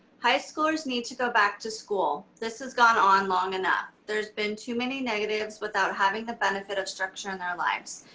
high schoolers need to go back to school. this has gone on long enough. there's been too many negatives without having the benefit of structure in their lives.